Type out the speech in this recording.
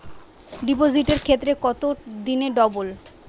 ডিপোজিটের ক্ষেত্রে কত দিনে ডবল?